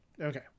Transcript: Okay